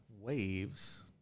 waves